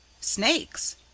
Snakes